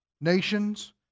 nations